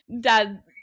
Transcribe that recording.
dad